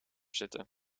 zitten